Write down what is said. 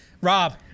Rob